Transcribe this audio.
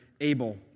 Abel